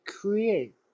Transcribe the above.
create